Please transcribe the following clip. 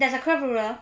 there's a curve ruler